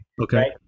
Okay